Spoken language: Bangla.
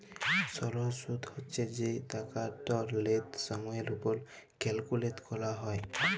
সরল সুদ্ হছে যে টাকাটর রেট সময়ের উপর ক্যালকুলেট ক্যরা হ্যয়